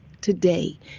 today